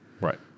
Right